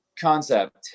concept